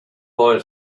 boy